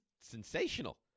sensational